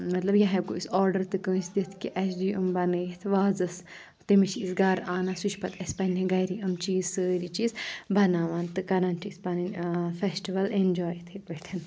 مطلب یہِ ہٮ۪کو أسۍ آرڈَر تہِ کٲنٛسہِ دِتھ کہِ اَسہِ دِی أمۍ بَنٲیِتھ وازَس تٔمِس چھِ أسۍ گَرٕ اَنان سُہ چھِ پَتہٕ اَسہِ پنٛنہِ گَری أمۍ چیٖز سٲری چیٖز بَناوان تہٕ کَران چھِ أسۍ پَنٕنۍ فٮ۪سٹِول اٮ۪نجاے یِتھَے پٲٹھۍ